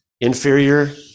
inferior